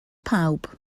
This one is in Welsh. pawb